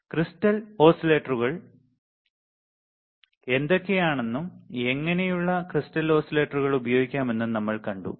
crystal ഓസിലേറ്ററുകൾ എന്തൊക്കെയാണെന്നും എങ്ങനെയുള്ള ക്രിസ്റ്റൽ ഓസിലേറ്ററുകൾ ഉപയോഗിക്കാമെന്നും നമ്മൾ കണ്ടു